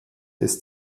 des